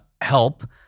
help